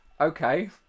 Okay